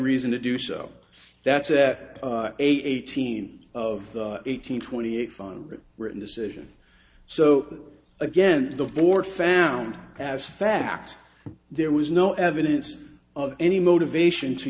reason to do so that's that eighteen of eighteen twenty eight found it written decision so again the board found as fact there was no evidence of any motivation to